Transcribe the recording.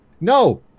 No